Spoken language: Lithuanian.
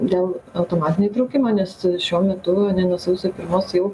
dėl automatinio įtraukimo nes šiuo metu nuo sausio pirmos jau